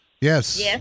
Yes